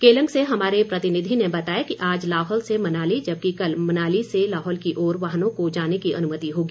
केलंग से हमारे प्रतिनिधि के अनुसार आज लाहौल से मनाली जबकि कल मनाली से लाहौल की ओर वाहनों को जाने की अनुमति होगी